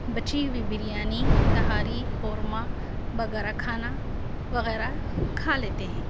بچی ہوئی بریانی تہاری قورما بگارا کھانا وغیرہ کھا لیتے ہیں